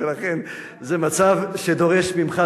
לכן זה מצב שדורש ממך,